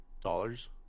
Dollars